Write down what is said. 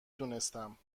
دونستم